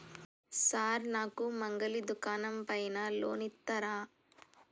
Sir నాకు మంగలి దుకాణం పైన లోన్ ఇత్తరా?